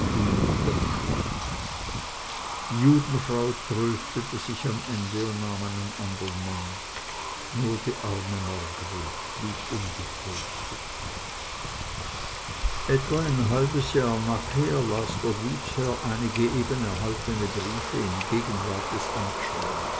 und dann schlecht die judenfrau tröstete sich am ende und nahm einen andern mann nur die arme margreth blieb ungetröstet etwa ein halbes jahr nachher las der gutsherr einige eben erhaltene briefe in gegenwart des